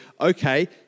okay